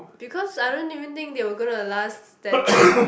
because I don't even think they were gonna last that job